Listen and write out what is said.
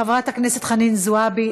חברת הכנסת חנין זועבי,